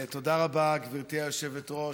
תודה רבה, גברתי היושבת-ראש.